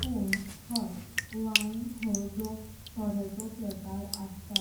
पण हाय वाइन हो जो सोऱ्याचो प्रकार आसता